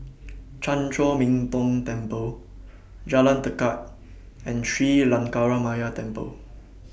Chan Chor Min Tong Temple Jalan Tekad and Sri Lankaramaya Temple